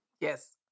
Yes